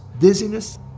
dizziness